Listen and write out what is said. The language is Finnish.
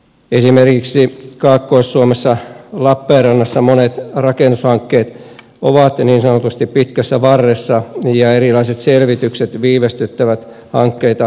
esimerkiksi kaakkois suomessa lappeenrannassa monet rakennushankkeet ovat niin sanotusti pitkässä varressa ja erilaiset selvitykset viivästyttävät hankkeita useillakin vuosilla